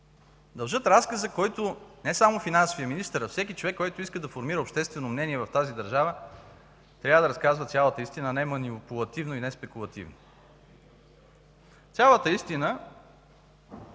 Дължат разказа, който, не само финансовият министър, а всеки човек, който иска да формира обществено мнение в тази държава, трябва да разказва цялата истина, а не манипулативно и не спекулативно. Цялата истина